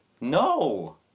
No